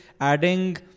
adding